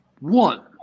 One